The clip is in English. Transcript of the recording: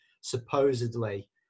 supposedly